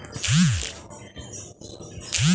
Ivory Coast आ Ghana cocoa beans केर सबसं पैघ उत्पादक देश छियै